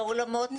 באולמות,